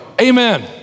Amen